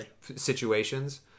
situations